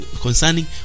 Concerning